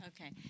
Okay